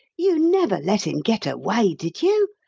you never let him get away, did you?